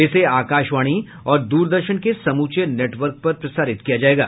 इसे आकाशवाणी और दूरदर्शन के समूचे नटवर्क पर प्रसारित किया जायेगा